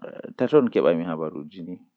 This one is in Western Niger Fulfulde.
aati am haala hunde feere.